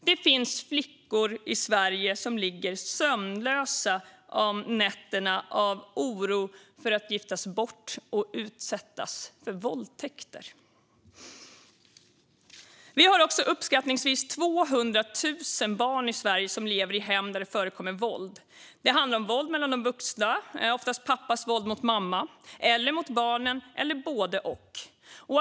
Det finns flickor i Sverige som ligger sömnlösa om nätterna av oro för att giftas bort och utsättas för våldtäkter. Vi har också uppskattningsvis 200 000 barn i Sverige som lever i hem där det förekommer våld. Det handlar om våld mellan de vuxna, oftast pappas våld mot mamma, eller mot barnen eller både och.